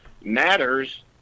matters